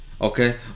Okay